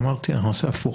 אמרתי שאנחנו נעשה הפוך,